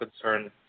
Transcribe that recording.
concern